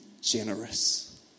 generous